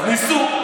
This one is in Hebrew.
אז ניסו,